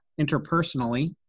interpersonally